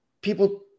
people